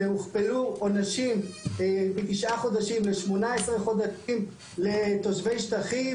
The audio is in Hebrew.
שהוכפלו עונשים מתשעה חודשים ל-18 חודשים לתושבי שטחים,